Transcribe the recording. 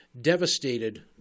devastated